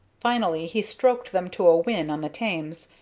finally, he stroked them to a win on the thames,